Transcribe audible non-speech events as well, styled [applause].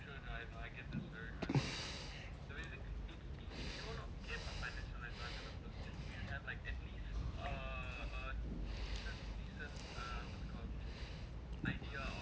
[breath]